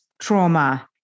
trauma